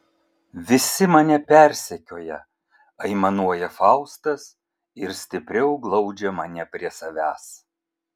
visi mane persekioja aimanuoja faustas ir stipriau glaudžia mane prie savęs